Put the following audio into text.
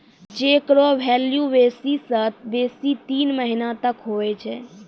cheque रो value बेसी से बेसी तीन महीना तक हुवै छै